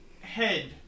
head